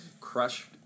Crushed